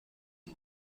آیا